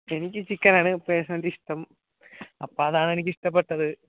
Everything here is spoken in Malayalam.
എനിക്ക് ചിക്കൻ ആണ് പേഴ്സണലി ഇഷ്ടം അപ്പം അതാണ് എനിക്ക് ഇഷ്ടപ്പെട്ടത്